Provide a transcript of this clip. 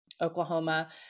Oklahoma